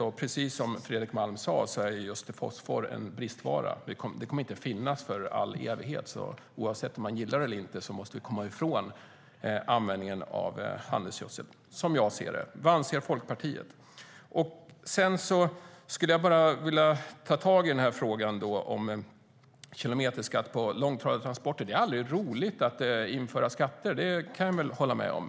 Precis som Fredrik Malm sa är just fosfor en bristvara. Det kommer inte att finnas för all evighet, så oavsett om man gillar det eller inte måste man komma från användningen av handelsgödsel, som jag ser det. Vad anser Folkpartiet? Jag skulle också vilja ta tag i frågan om kilometerskatt på långtradartransporter. Det är aldrig roligt att införa skatter. Det kan jag hålla med om.